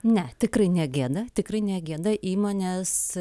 ne tikrai ne gėda tikrai ne gėda įmonės